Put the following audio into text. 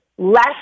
less